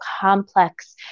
complex